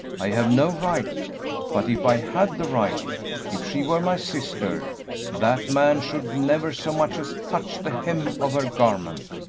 i have no right but if i had the right if she were my sister that man should never so much as touch the hem of her garment!